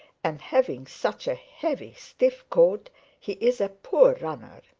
and having such a heavy, stiff coat he is a poor runner.